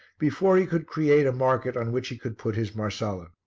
before he could create a market on which he could put his marsala.